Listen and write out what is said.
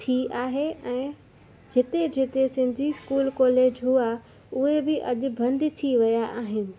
थी आहे ऐं जिते जिते सिंधी स्कूल कॉलेज हुआ उहे बि अॼु बंदि थी रहिया आहिनि